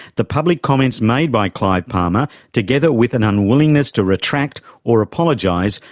the public comments made by clive palmer, together with an unwillingness to retract or apologise,